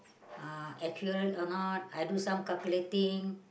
uh accurate or not I do some calculating